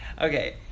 Okay